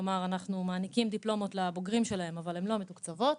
כלומר אנחנו מעניקים דיפלומות לבוגרים שלהן אבל הן לא מתוקצבות.